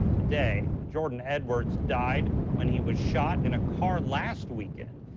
today jordan edwards died when he was shot in a car last weekend.